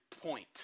point